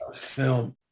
Film